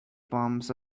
palms